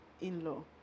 in-law